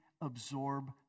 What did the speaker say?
absorb